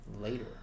later